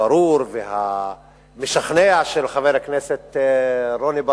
הברור והמשכנע של חבר הכנסת רוני בר-און.